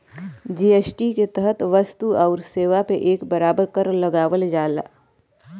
GST के तहत वस्तु आउर सेवा पे एक बराबर कर लगावल जाला